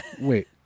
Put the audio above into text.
Wait